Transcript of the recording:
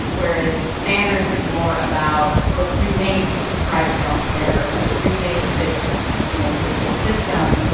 whereas sanders is more about, let's remake private health care. let's remake this, you know, this whole system.